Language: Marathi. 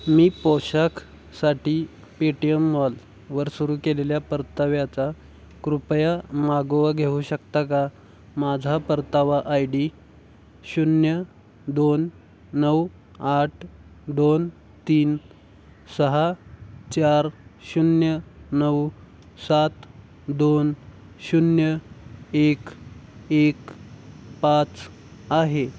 मी पोशाखसाठी पेटीएम मॉलवर सुरू केलेल्या परतव्याचा कृपया मागोवा घेऊ शकता का माझा परतावा आय डी शून्य दोन नऊ आठ दोन तीन सहा चार शून्य नऊ सात दोन शून्य एक एक पाच आहे